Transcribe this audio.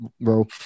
bro